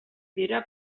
dira